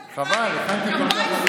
חבל, הכנתי כל כך הרבה.